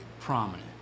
prominent